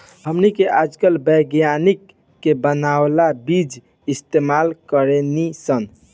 हमनी के आजकल विज्ञानिक के बानावल बीज इस्तेमाल करेनी सन